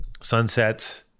sunsets